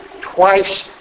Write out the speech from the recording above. twice